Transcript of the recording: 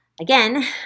Again